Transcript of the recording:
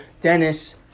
Dennis